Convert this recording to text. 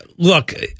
Look